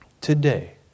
today